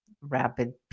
rapid